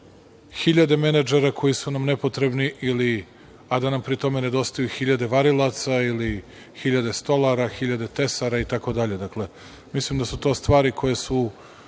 hiljade menadžera koji su nam nepotrebni, a da nam pri tome nedostaju hiljade varilaca ili hiljade stolara, hiljade tesara itd. Dakle, mislim da su to stvari koje su